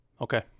Okay